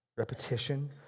Repetition